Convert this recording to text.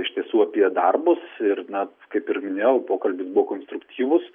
iš tiesų apie darbus ir na kaip ir minėjau pokalbis buvo konstruktyvūs